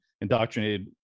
indoctrinated